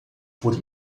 por